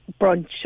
brunch